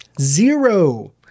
zero